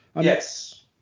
Yes